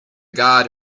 god